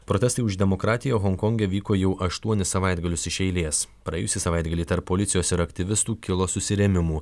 protestai už demokratiją honkonge vyko jau aštuonis savaitgalius iš eilės praėjusį savaitgalį tarp policijos ir aktyvistų kilo susirėmimų